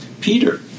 Peter